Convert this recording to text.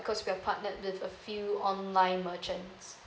because we have partnered with a few online merchants